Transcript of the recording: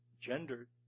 gendered